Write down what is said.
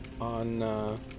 on